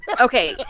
Okay